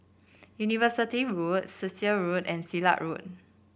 University Road Cecil Road and Silat Road